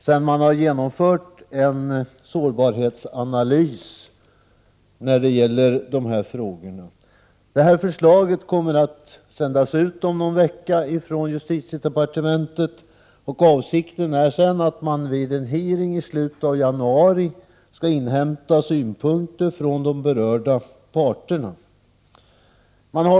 Om någon vecka kommer detta förslag att sändas ut från justitiedepartementet, och man har för avsikt att vid en utfrågning i slutet av januari inhämta synpunkter från de berörda parterna.